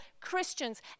Christians